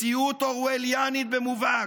מציאות אורווליאנית במובהק: